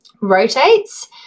rotates